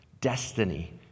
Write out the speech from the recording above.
destiny